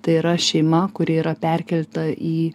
tai yra šeima kuri yra perkelta į